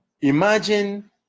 imagine